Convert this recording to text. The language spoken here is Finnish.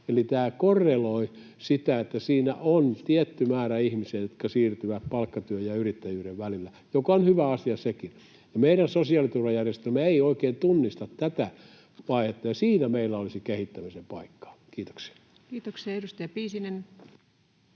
Eli tämä korreloi sitä, että siinä on tietty määrä ihmisiä, jotka siirtyvät palkkatyön ja yrittäjyyden välillä, mikä on hyvä asia sekin. Meidän sosiaaliturvajärjestelmämme ei oikein tunnista tätä vaihetta, ja siinä meillä olisi kehittämisen paikka. — Kiitoksia. [Speech